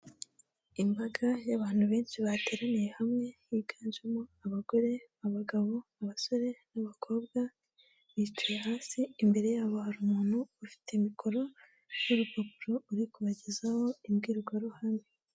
Imbaga y'abantu benshi bateraniye hamwe biganjemo abagore, abagabo, abasore n'abakobwa, bicaye hasi imbere yabo hari umuntu ufite mikoro n'urupapuro uri kubagezaho imbwirwaruhame.